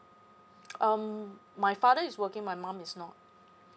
um my father is working my mom is not